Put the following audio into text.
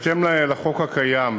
1. בהתאם לחוק הקיים,